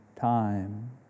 time